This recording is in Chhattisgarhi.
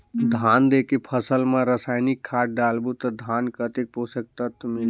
धान देंके फसल मा रसायनिक खाद डालबो ता धान कतेक पोषक तत्व मिलही?